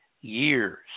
years